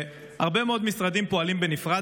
והרבה מאוד משרדים פועלים בנפרד,